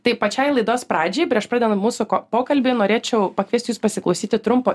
tai pačiai laidos pradžiai prieš pradedant mūsų ko pokalbį norėčiau pakviesti jus pasiklausyti trumpo